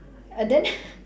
and then